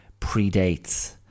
predates